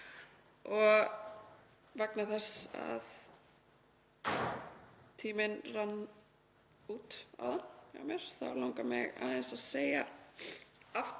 og vegna þess að tíminn rann út hjá mér áðan þá langar mig aðeins að lesa aftur